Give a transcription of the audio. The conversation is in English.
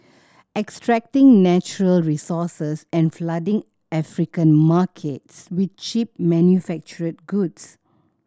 extracting natural resources and flooding African markets with cheap manufactured goods